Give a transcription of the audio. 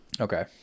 okay